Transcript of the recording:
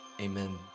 Amen